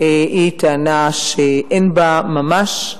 היא טענה שאין בה ממש.